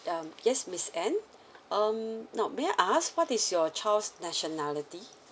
um yes miss anne um now may I ask what is your child's nationality